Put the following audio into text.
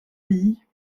pays